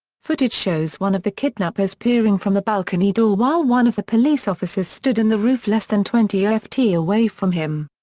footage shows one of the kidnappers peering from the balcony door while one of the police officers stood in the roof less than twenty ah ft away from him.